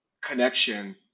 connection